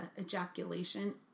ejaculation